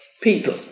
people